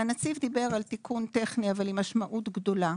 הנציב דיבר על תיקון טכני אבל עם משמעות גדולה.